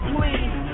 Please